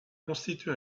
constitué